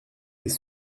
des